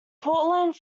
portland